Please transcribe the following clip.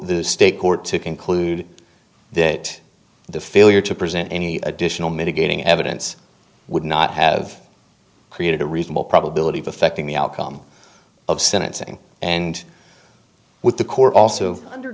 the state court to conclude that the failure to present any additional mitigating evidence would not have created a reasonable probability of affecting the outcome of sentencing and with the court also under